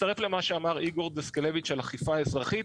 אני מצטרף למה שאמר איגור דוסקלוביץ על אכיפה אזרחית,